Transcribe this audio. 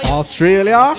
Australia